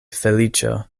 feliĉo